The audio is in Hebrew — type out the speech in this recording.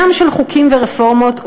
ים של חוקים ורפורמות,